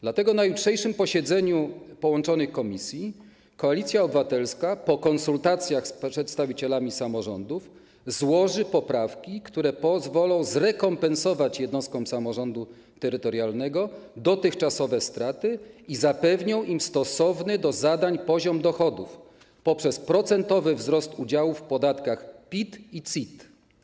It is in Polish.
Dlatego na jutrzejszym posiedzeniu połączonych komisji Koalicja Obywatelska po konsultacjach z przedstawicielami samorządów złoży poprawki, które pozwolą zrekompensować jednostkom samorządu terytorialnego dotychczasowe straty i zapewnią im stosowny do zadań poziom dochodów poprzez procentowy wzrost udziałów w podatkach PIT i CIT.